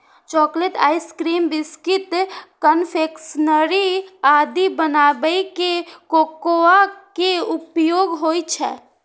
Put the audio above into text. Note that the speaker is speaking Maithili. चॉकलेट, आइसक्रीम, बिस्कुट, कन्फेक्शनरी आदि बनाबै मे कोकोआ के उपयोग होइ छै